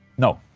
no